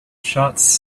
shots